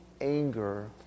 anger